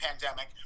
pandemic